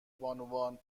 بانوان